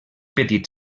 petit